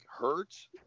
hurts